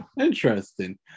Interesting